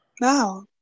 Wow